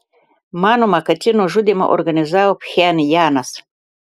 manoma kad šį nužudymą organizavo pchenjanas